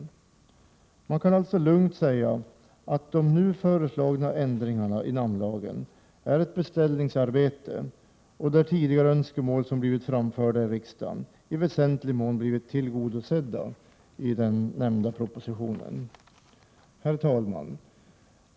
Man kan alltså lugnt säga att de nu föreslagna ändringarna i namnlagen är ett beställningsarbete och att önskemål som tidigare framförts i riksdagen i väsentlig mån blivit tillgodosedda i propositionen. Herr talman!